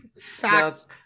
Facts